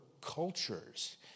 cultures